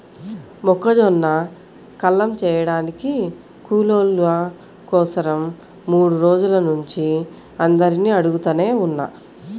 మొక్కజొన్న కల్లం చేయడానికి కూలోళ్ళ కోసరం మూడు రోజుల నుంచి అందరినీ అడుగుతనే ఉన్నా